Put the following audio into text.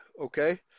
Okay